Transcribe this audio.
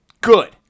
Good